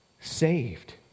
saved